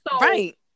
Right